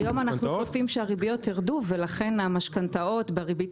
היום אנחנו צופים שהריביות ירדו ולכן המשכנתאות בריבית